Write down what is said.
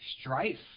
strife